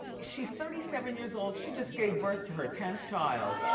she's thirty seven years old. she just gave birth to her tenth child.